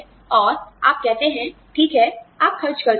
और आप कहते हैं ठीक है आप खर्च कर सकते हैं